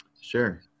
Sure